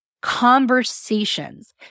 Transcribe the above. conversations